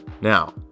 Now